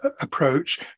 approach